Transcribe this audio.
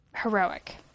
heroic